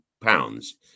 Pounds